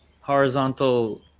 horizontal